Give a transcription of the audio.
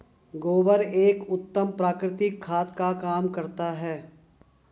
गोबर एक उत्तम प्राकृतिक खाद का काम करता है